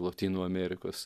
lotynų amerikos